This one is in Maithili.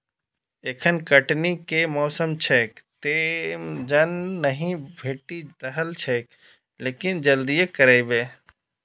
एखन कटनी के मौसम छैक, तें जन नहि भेटि रहल छैक, लेकिन जल्दिए करबै